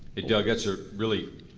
doug, that's a really,